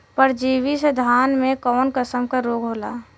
परजीवी से धान में कऊन कसम के रोग होला?